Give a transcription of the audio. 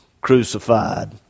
crucified